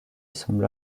semble